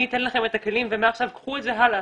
אני אתן לכם את הכלים ומעכשיו קחו את זה הלאה,